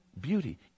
beauty